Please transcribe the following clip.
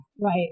right